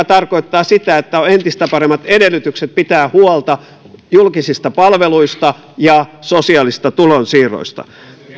tarkoittaa sitä että on entistä paremmat edellytykset pitää huolta julkisista palveluista ja sosiaalisista tulonsiirroista